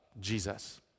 Jesus